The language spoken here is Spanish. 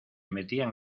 metían